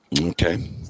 Okay